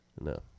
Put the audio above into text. No